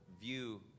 view